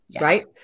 right